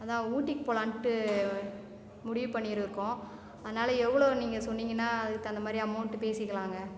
அதுதான் ஊட்டிக்கு போகலான்ட்டு முடிவு பண்ணிருருக்கோம் அதனால எவ்வளோன்னு நீங்கள் சொன்னீங்கன்னால் அதுக்கு தகுந்தமாதிரி அமௌண்ட்டு பேசிக்கலாங்க